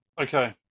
okay